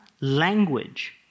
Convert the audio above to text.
language